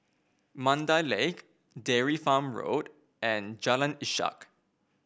Mandai Lake Dairy Farm Road and Jalan Ishak